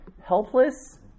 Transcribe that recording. Helpless